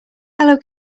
hello